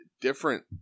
different